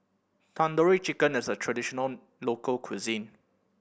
Tandoori Chicken is a traditional local cuisine